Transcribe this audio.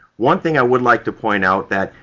one thing i would like to point out that,